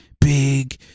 big